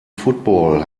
football